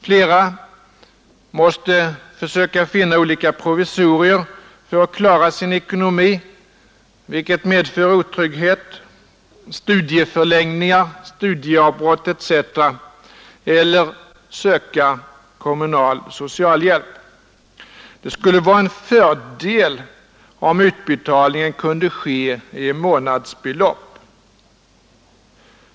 Flera måste försöka finna olika provisorier för att klara sin ekonomi — vilket medför otrygghet, studieförlängningar, studieavbrott etc. — eller söka kommunal socialhjälp. Det skulle vara en fördel om utbetalningen kunde ske i månadsbelopp.